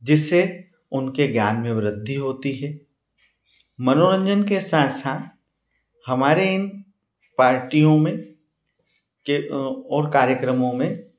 जिससे उनके ज्ञान में वृद्धि होती है मनोरंजन के साथ साथ हमारे इन पार्टियों में के और कार्यक्रमों में